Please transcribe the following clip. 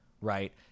right